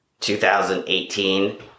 2018